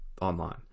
online